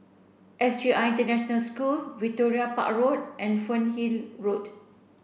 S J I International School Victoria Park Road and Fernhill Road